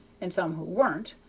and some who weren't,